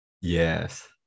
yes